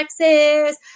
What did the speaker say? Texas